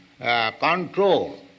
control